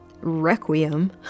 requiem